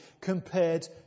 compared